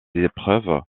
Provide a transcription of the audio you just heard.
épreuves